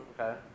Okay